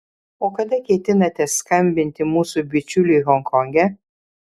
o kada ketinate skambinti mūsų bičiuliui honkonge